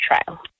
trial